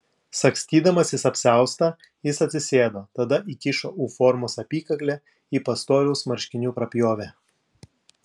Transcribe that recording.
sagstydamasis apsiaustą jis atsisėdo tada įkišo u formos apykaklę į pastoriaus marškinių prapjovę